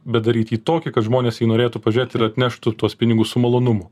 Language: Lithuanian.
bet daryt jį tokį kad žmonės jį norėtų pažiūrėt ir atneštų tuos pinigus su malonumu